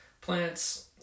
plants